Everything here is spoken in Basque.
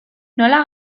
nola